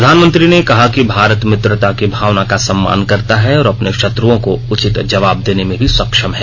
प्रधानमंत्री ने कहा कि भारत मित्रता की भावना का सम्मान करता है और अपने शत्र्ओं को उचित जवाब देने में भी सक्षम है